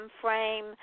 frame